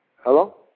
Hello